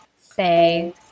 say